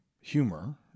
humor